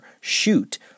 shoot